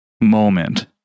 moment